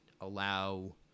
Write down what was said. allow